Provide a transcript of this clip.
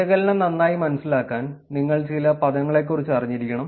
വിശകലനം നന്നായി മനസിലാക്കാൻ നിങ്ങൾ ചില പദങ്ങളെക്കുറിച്ച് അറിഞ്ഞിരിക്കണം